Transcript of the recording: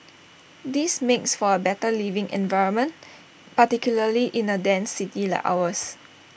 this makes for A better living environment particularly in A dense city like ours